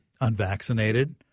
unvaccinated